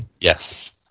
Yes